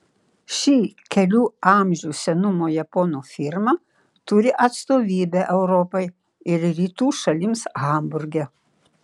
ši kelių amžių senumo japonų firma turi atstovybę europai ir rytų šalims hamburge